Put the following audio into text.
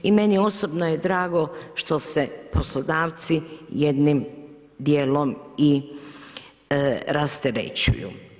I meni osobno je drago što se poslodavci jednim dijelom i rasterećuju.